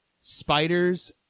Spiders